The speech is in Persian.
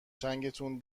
چنگتون